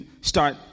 start